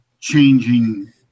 changing